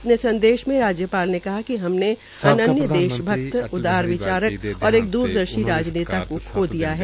अपने संदेश में राज्यपाल ने कहा कि हमने अनन्य देश भक्त उदार विचारक और एक द्रदर्शी राजनेता को खो दिया है